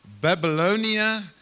Babylonia